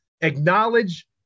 acknowledge